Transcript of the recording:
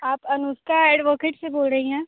आप अनुष्का एडवोकेट से बोल रही हैं